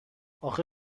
آخه